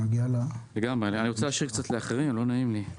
אני רוצה להשאיר קצת לאחרים, לא נעים לי.